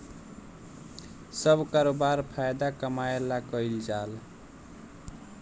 सब करोबार फायदा कमाए ला कईल जाल